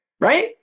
right